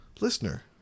listener